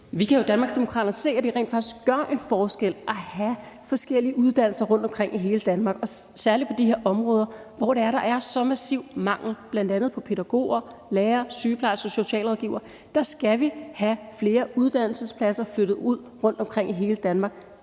Vi kan jo i Danmarksdemokraterne se, at det rent faktisk gør en forskel at have forskellige uddannelser rundtomkring i hele Danmark. Særlig på de her områder, hvor der er så massiv mangel, bl.a. på pædagoger, lærere, sygeplejersker og socialrådgivere, skal vi have flere uddannelsespladser flyttet ud rundtomkring i hele Danmark.